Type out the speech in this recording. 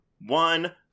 one